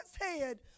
head